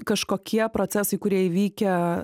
kažkokie procesai kurie įvykę